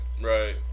Right